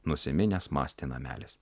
nusiminęs mąstė namelis